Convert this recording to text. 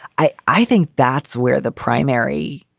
i. i think that's where the primary.